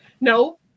No